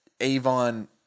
Avon